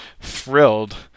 thrilled